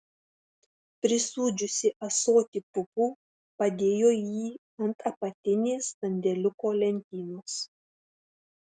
prisūdžiusi ąsotį pupų padėjo jį ant apatinės sandėliuko lentynos